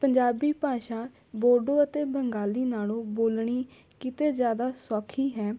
ਪੰਜਾਬੀ ਭਾਸ਼ਾ ਬੋਡੋ ਅਤੇ ਬੰਗਾਲੀ ਨਾਲੋਂ ਬੋਲਣੀ ਕਿਤੇ ਜ਼ਿਆਦਾ ਸੌਖੀ ਹੈ